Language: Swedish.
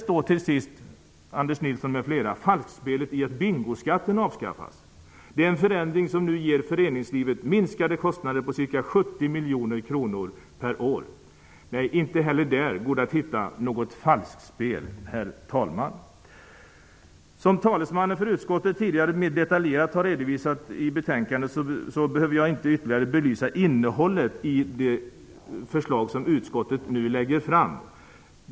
Till sist, Anders Nilsson m.fl., består falskspelet i att bingoskatten avskaffas? En sådan förändring ger föreningslivet minskade kostnader på ca 70 miljoner kronor per år. Nej, inte heller där går det att hitta något falskspel, herr talman. Eftersom talesmannen för utskottet tidigare mer detaljerat redovisat betänkandet, behöver jag inte ytterligare belysa innehållet i de förslag som utskottet nu lägger fram.